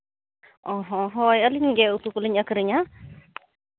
ᱚᱸᱻ ᱦᱳᱭ ᱟᱹᱞᱤᱧ ᱜᱮ ᱩᱛᱩ ᱠᱚᱞᱤᱧ ᱟᱹᱠᱷᱨᱤᱧᱟ